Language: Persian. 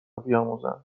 بیاموزند